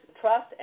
Trust